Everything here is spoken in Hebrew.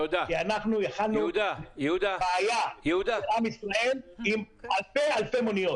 כי אנחנו --- של עם ישראל עם אלפי מוניות.